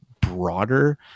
broader